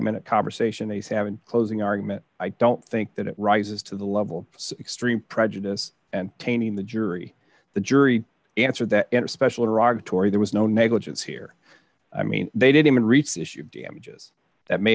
minute conversation they have in closing argument i don't think that it rises to the level of extreme prejudice and tainting the jury the jury answered that special rog tory there was no negligence here i mean they didn't reach issue damages that may